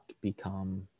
become